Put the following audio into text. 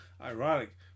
ironic